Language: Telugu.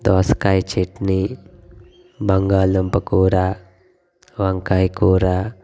దోసకాయ చట్నీ బంగాళదుంప కూర వంకాయ కూర